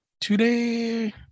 today